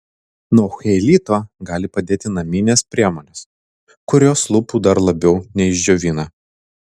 nuo cheilito gali padėti naminės priemonės kurios lūpų dar labiau neišdžiovina